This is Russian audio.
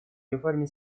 реформе